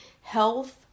health